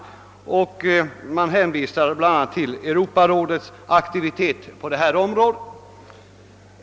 Naturvårdsverket hänvisar bl.a. till Europarådets aktivitet i detta sammanhang.